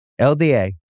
LDA